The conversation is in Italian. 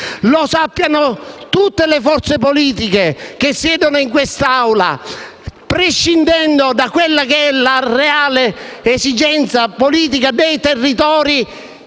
Lo sappiano tutte le forze politiche che siedono in quest'Assemblea: prescindendo dalla reale esigenza politica dei territori,